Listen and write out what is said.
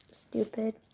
stupid